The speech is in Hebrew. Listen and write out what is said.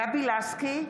גבי לסקי,